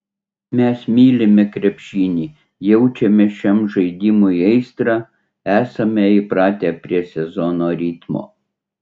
mes mylime krepšinį jaučiame šiam žaidimui aistrą esame įpratę prie sezono ritmo